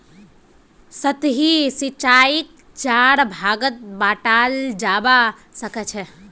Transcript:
सतही सिंचाईक चार भागत बंटाल जाबा सखछेक